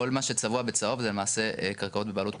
כל מה שצבוע בצהוב זה למעשה קרקעות בבעלות פרטית.